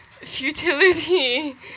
futility